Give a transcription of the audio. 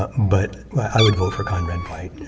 um but i would vote for conrad white.